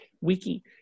Wiki